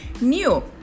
new